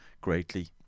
greatly